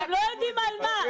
אתם לא יודעים מה.